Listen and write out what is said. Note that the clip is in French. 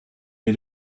est